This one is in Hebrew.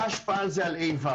מה ההשפעה של זה על ה'-ו'?